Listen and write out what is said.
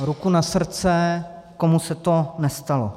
Ruku na srdce, komu se to nestalo.